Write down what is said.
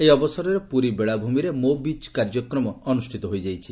ଏହି ଅବସରରେ ପୁରୀ ବେଳାଭ୍ମିରେ 'ମୋ ବିଚ୍' କାର୍ଯ୍ୟକ୍ରମ ଅନୁଷିତ ହୋଇଯାଇଛି